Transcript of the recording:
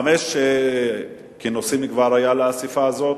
חמישה כינוסים כבר היו לאספה הזאת.